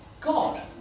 God